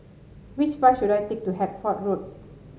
which bus should I take to Hertford Road